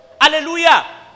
Hallelujah